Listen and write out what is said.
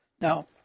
Now